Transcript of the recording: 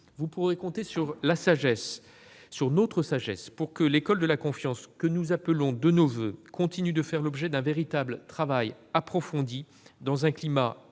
vous pourrez compter sur notre sagesse, vous le savez, pour que l'école de la confiance, que nous appelons de nos voeux, continue de faire l'objet d'un véritable travail approfondi, dans un climat apaisé.